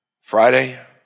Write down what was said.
Friday